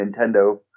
Nintendo